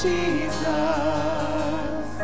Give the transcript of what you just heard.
Jesus